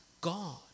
God